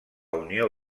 unió